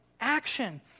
action